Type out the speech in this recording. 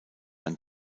ein